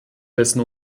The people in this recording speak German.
dessen